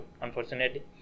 unfortunately